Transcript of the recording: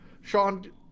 Sean